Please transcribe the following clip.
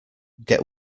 get